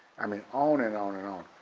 i mean on and on and on.